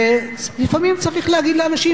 לפעמים צריך להגיד לאנשים,